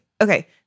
okay